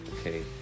Okay